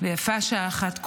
ויפה שעה אחת קודם.